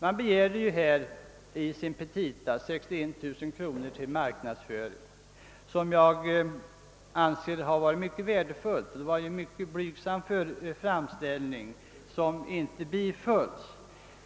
Den begärde i sina petita 61 000 kronor till marknadsföring. Jag anser att det hade varit mycket värdefullt om byrån fått det beloppet. Det var en mycket blygsam framställning som inte bifölls.